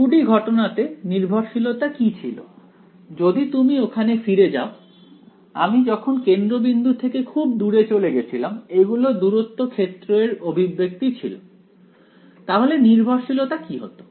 2 D ঘটনাতে নির্ভরশীলতা কি ছিল যদি তুমি ওখানে ফিরে যাও আমি যখন কেন্দ্রবিন্দু থেকে খুব দুরে চলে গেছিলাম এগুলো দূরত্ব ক্ষেত্র এর অভিব্যক্তি ছিল তাহলে নির্ভরশীলতা কি হতো